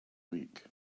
week